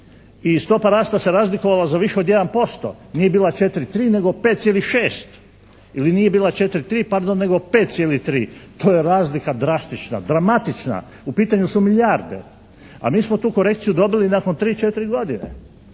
i stopa rasta se razlikovala za više od 1%. Nije bila 4,3 nego 5,6 ili nije bila 4,3 pardon nego 5,3. To je razlika drastična, dramatična. U pitanju su milijarde, a mi smo tu korekciju dobili nakon tri-četiri godine.